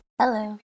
hello